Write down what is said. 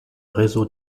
réseau